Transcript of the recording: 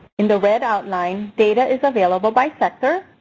in the red outline, data is available by sector.